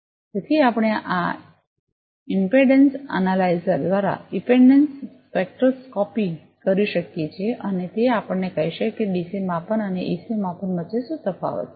તેથી આપણે આ ઇંપેડન્સ અનાલાયજર દ્વારા ઇંપેડન્સ સ્પેક્ટ્રોસ્કોપી કરી શકીએ છીએ અને તે આપણને કહેશે કે ડીસી માપન અને એસી માપન વચ્ચે શું તફાવત છે